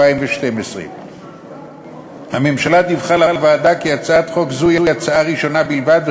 2012. הממשלה דיווחה לוועדה כי הצעת חוק זו היא הצעה ראשונה בלבד,